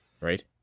right